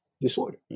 disorder